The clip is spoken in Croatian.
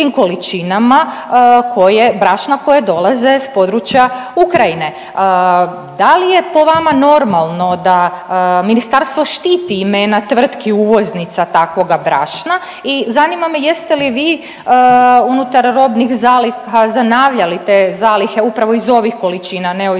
Da li je po vama normalno da ministarstvo štiti imena tvrtki uvoznica takvoga brašna i zanima me jeste li vi unutar robnih zaliha zanavljali te zalihe upravo iz ovih količina neovisno